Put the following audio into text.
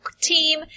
team